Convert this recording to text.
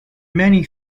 many